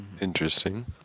Interesting